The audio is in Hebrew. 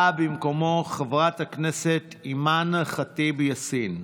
באה במקומו חברת הכנסת אימאן ח'טיב יאסין.